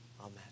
Amen